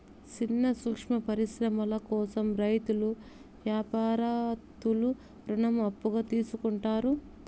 సిన్న సూక్ష్మ పరిశ్రమల కోసం రైతులు యాపారత్తులు రుణం అప్పుగా తీసుకుంటారు